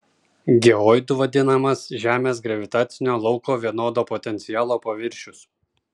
geoidu vadinamas žemės gravitacinio lauko vienodo potencialo paviršius